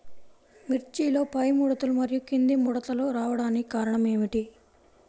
మిర్చిలో పైముడతలు మరియు క్రింది ముడతలు రావడానికి కారణం ఏమిటి?